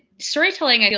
story telling, i mean